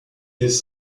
des